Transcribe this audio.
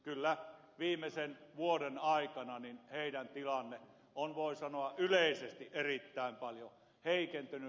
kyllä viimeisen vuoden aikana heidän tilanteensa on voi sanoa yleisesti erittäin paljon heikentynyt